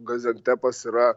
gaziantepas yra